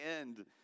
end